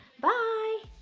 bye